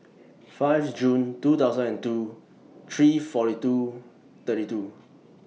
five Jun two thousand and two three forty two thirty two